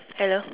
hello